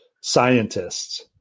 scientists